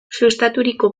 sustaturiko